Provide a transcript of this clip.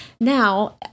Now